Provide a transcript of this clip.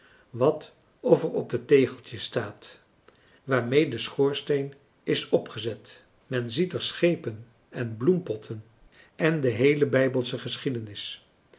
wat of er op de tegeltjes staat waarmee de schoorsteen is opgezet men ziet er schepen en bloempotten en de heele bijbelsche geschiedenis